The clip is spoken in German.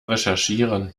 recherchieren